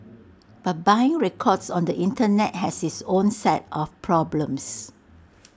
but buying records on the Internet has its own set of problems